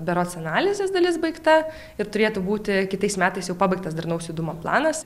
berods analizės dalis baigta ir turėtų būti kitais metais jau pabaigtas darnaus judumo planas